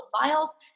files